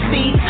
See